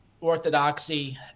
Orthodoxy